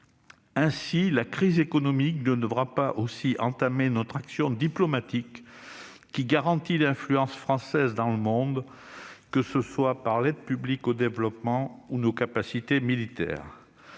Âge. La crise économique ne devra pas non plus entamer notre action diplomatique, qui garantit l'influence française dans le monde, que ce soit par l'aide publique au développement ou nos capacités militaires.